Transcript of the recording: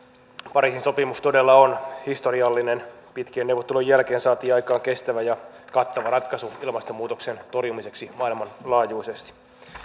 pariisin sopimus todella on historiallinen pitkien neuvottelujen jälkeen saatiin aikaan kestävä ja kattava ratkaisu ilmastonmuutoksen torjumiseksi maailmanlaajuisesti